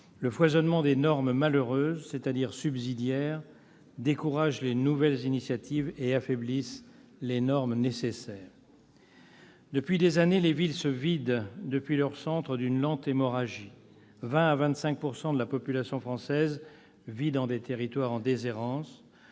Le foisonnement de normes malheureuses, c'est-à-dire subsidiaires, décourage les nouvelles initiatives et affaiblit les normes nécessaires. Depuis des années, les villes se vident, depuis leur centre, d'une lente hémorragie. Le taux de la population française qui vit dans des territoires en déshérence